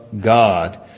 God